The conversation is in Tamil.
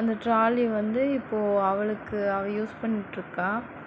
அந்த ட்ராலி வந்து இப்போது அவளுக்கு அவள் யூஸ் பண்ணிகிட்டு இருக்காள்